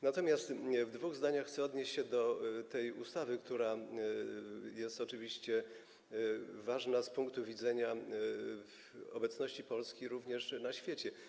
Natomiast w dwóch zdaniach chcę odnieść się do tej ustawy, która jest oczywiście ważna z punktu widzenia obecności Polski również na świecie.